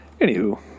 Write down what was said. Anywho